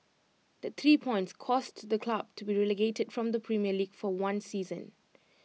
that three points caused the club to be relegated from the premier league for one season